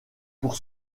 pour